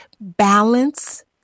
Balance